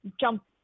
Jump